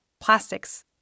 plastics